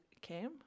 came